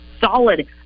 solid